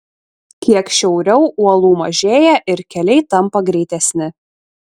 kiek šiauriau uolų mažėja ir keliai tampa greitesni